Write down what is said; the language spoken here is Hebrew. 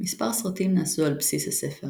מספר סרטים נעשו על בסיס הספר,